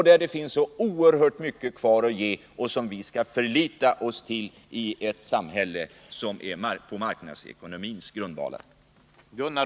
Där finns det oerhört mycket kvar att ge, och det skall vi förlita oss på i ett samhälle byggt på marknadsekonomins grundvalar.